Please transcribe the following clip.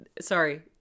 Sorry